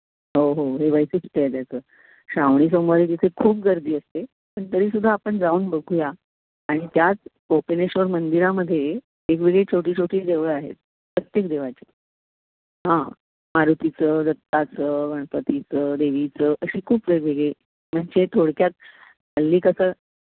हो हो हे वैशिष्ट्य आहे त्याचं श्रावणी सोमवारी तिथे खूप गर्दी असते पण तरीसुद्धा आपण जाऊन बघूया आणि त्याच कोपिनेश्वर मंदिरामध्ये वेगवेगळी छोटी छोटे देवळं आहेत प्रत्येक देवाचे हां मारुतीचं दत्ताचं गणपतीचं देवीचं अशी खूप वेगवेगळी म्हणजे थोडक्यात हल्ली कसं